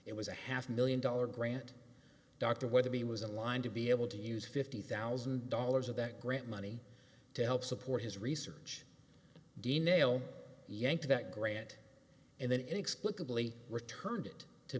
it was a half million dollar grant dr weatherby was in line to be able to use fifty thousand dollars of that grant money to help support his research dean nail yanked that grant and then inexplicably returned it to